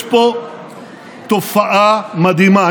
יש פה תופעה מדהימה.